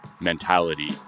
mentality